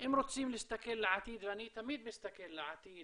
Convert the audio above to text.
אם רוצים להסתכל לעתיד, ואני תמיד מסתכל לעתיד